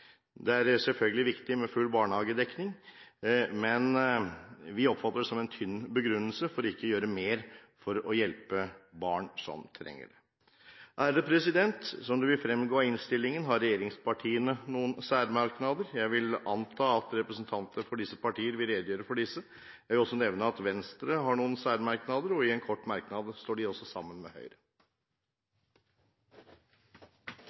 Det er selvfølgelig viktig med full barnehagedekning, men vi oppfatter det som en tynn begrunnelse for ikke å gjøre mer for å hjelpe barn som trenger det. Som det vil fremgå av innstillingen, har regjeringspartiene noen særmerknader. Jeg vil anta at representanter for disse partier vil redegjøre for disse. Jeg vil også nevne at Venstre har noen særmerknader, og i en kort merknad står de også sammen med Høyre.